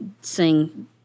sing